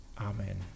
Amen